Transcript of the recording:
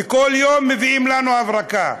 וכל יום מביאים לנו הברקה.